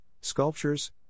sculptures